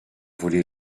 volé